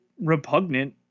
repugnant